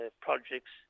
projects